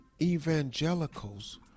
Evangelicals